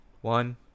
one